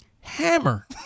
Hammer